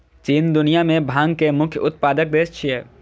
चीन दुनिया मे भांग के मुख्य उत्पादक देश छियै